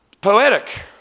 poetic